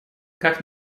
как